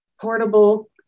portable